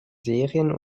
serien